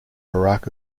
barack